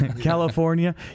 California